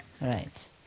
right